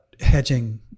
hedging